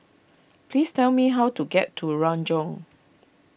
please tell me how to get to Renjong